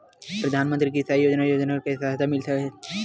प्रधान मंतरी कृषि सिंचाई योजना अउ योजना से किसान मन ला का सहायता मिलत हे?